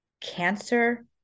cancer